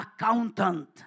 accountant